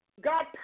God